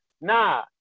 nah